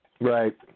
Right